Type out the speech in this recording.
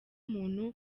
muntu